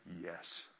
Yes